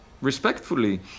respectfully